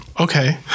Okay